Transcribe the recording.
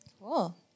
Cool